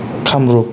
Kamrup